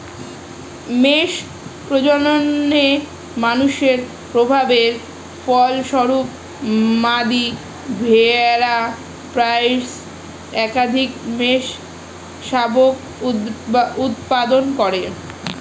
মেষ প্রজননে মানুষের প্রভাবের ফলস্বরূপ, মাদী ভেড়া প্রায়শই একাধিক মেষশাবক উৎপাদন করে